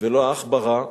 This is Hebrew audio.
ולא עכברא,